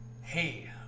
Hey